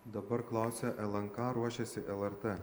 dabar klausia lnk ruošiasi lrt